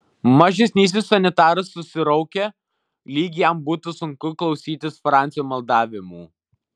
mažesnysis sanitaras susiraukė lyg jam būtų sunku klausytis francio maldavimų